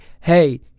hey